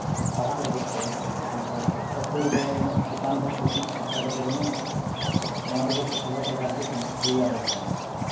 ᱯᱟᱲᱦᱟᱜ ᱞᱟᱹᱜᱤᱫ ᱛᱮ ᱱᱤᱛᱚᱜ ᱟᱛᱳ ᱨᱮᱫᱚ ᱩᱱᱟᱹᱜ ᱪᱮᱛᱟᱱ ᱫᱷᱟᱯ ᱫᱷᱟᱹᱵᱤᱡ ᱟᱥᱲᱟ ᱠᱚᱫᱚ ᱵᱟᱹᱱᱩᱜᱼᱟ ᱚᱱᱟ ᱞᱟᱹᱜᱤᱫ ᱛᱮ ᱥᱚᱦᱚᱨ ᱵᱟᱡᱟᱨ ᱜᱮ ᱥᱮᱱᱚᱜ ᱦᱩᱭ ᱟᱵᱚᱱ ᱠᱟᱱᱟ